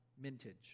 mintage